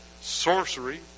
sorcery